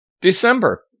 December